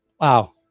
wow